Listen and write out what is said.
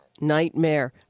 nightmare